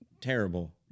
terrible